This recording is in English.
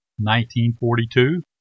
1942